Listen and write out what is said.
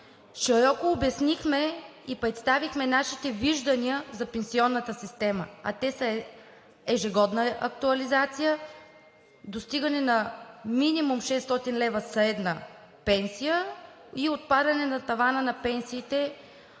широко обяснихме и представихме нашите виждания за пенсионната система, а те са: ежегодна актуализация, достигане на минимум 600 лв. средна пенсия, отпадане на тавана на пенсиите,